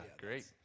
great